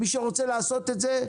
מי שרוצה לעשות את זה,